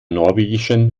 norwegischen